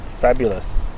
Fabulous